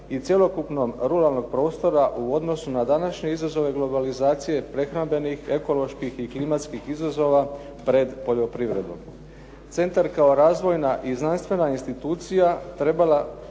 i cjelokupnog ruralnog prostora u odnosu na današnje izazove globalizacije prehrambenih, ekoloških i klimatskih izazova pred poljoprivredom. Centar kao razvojna i znanstvena institucija treba